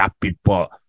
people